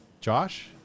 Josh